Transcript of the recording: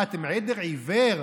מה, אתם עדר עיוור?